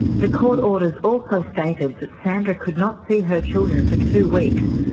the court orders also stated that sandra could not see her children for two weeks,